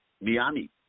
Miami